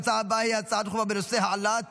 ההצעה הבאה היא הצעה דחופה לסדר-היום בנושא: העלאת